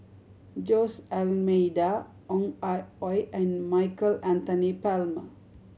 Jose Almeida Ong Ah Hoi and Michael Anthony Palmer